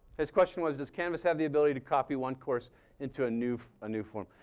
his question was, does canvas have the ability to copy one course into a new ah new form?